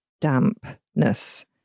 dampness